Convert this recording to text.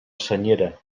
senyera